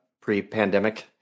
pre-pandemic